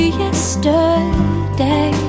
yesterday